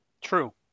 True